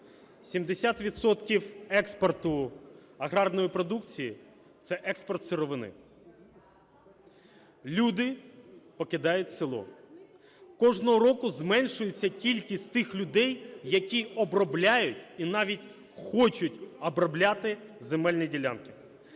експорту аграрної продукції – це експорт сировини. Люди покидають село. Кожного року зменшується кількість тих людей, які обробляють і навіть хочуть обробляти земельні ділянки.